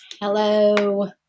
Hello